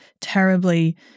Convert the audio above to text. terribly